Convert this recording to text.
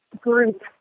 group